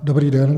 Dobrý den.